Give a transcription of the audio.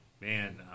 Man